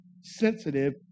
sensitive